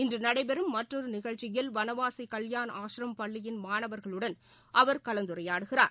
இன்று நடைபெறும் மற்றொரு நிகழ்ச்சியில் வளவாசி கல்பாண் ஆஸ்ரம் பள்ளியின் மாணவர்களுடன் அவர் கலந்துரையாடுகிறார்